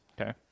Okay